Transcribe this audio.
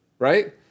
Right